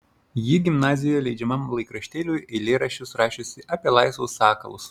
ji gimnazijoje leidžiamam laikraštėliui eilėraščius rašiusi apie laisvus sakalus